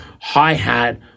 hi-hat